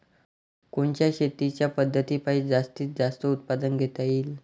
कोनच्या शेतीच्या पद्धतीपायी जास्तीत जास्त उत्पादन घेता येईल?